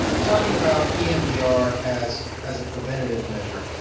talking about emdr as as a preventive measure,